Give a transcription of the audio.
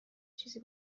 چیزی